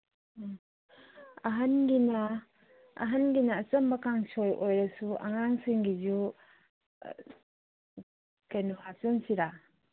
ꯎꯝ ꯑꯍꯟꯒꯤꯅ ꯑꯍꯟꯒꯤꯅ ꯑꯆꯝꯕ ꯀꯥꯡꯁꯣꯏ ꯑꯣꯏꯔꯁꯨ ꯑꯉꯥꯡꯁꯤꯡꯒꯤꯁꯨ ꯀꯩꯅꯣ ꯍꯥꯞꯆꯤꯟꯁꯤꯔꯥ